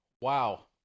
Wow